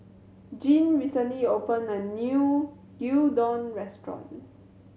Gene recently opened a new Gyudon Restaurant